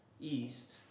east